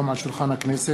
חבר הכנסת